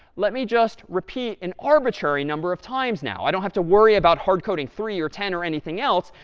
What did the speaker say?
let me just repeat an arbitrary number of times now. i don't have to worry about hard coding three or ten or anything else.